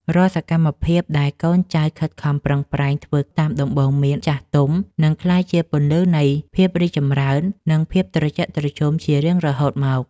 រាល់សកម្មភាពដែលកូនចៅខិតខំប្រឹងប្រែងធ្វើតាមដំបូន្មានចាស់ទុំនឹងក្លាយជាពន្លឺនៃភាពរីកចម្រើន និងភាពត្រជាក់ត្រជុំជារៀងរហូតមក។